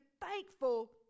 thankful